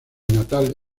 natal